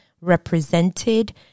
represented